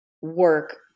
work